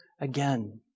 again